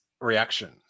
reaction